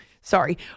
sorry